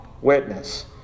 witness